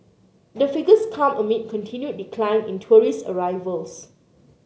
the figures come amid continued decline in tourist arrivals